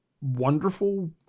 wonderful